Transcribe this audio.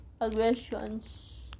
aggressions